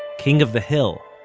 king of the hill,